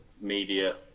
media